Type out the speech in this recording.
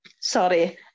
Sorry